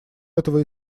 этого